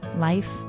Life